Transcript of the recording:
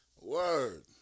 Word